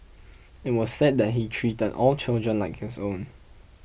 it was said that he treated all children like his own